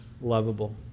lovable